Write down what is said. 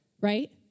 right